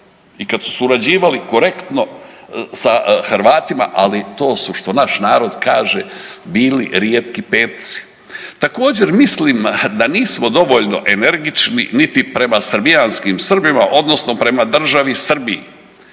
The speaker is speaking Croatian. i kad su surađivali korektno sa Hrvatima, ali to su što naš narod kaže „bili rijetki petci“. Također mislim da nismo dovoljno energični niti prema srbijanskim Srbima odnosno prema državi Srbiji.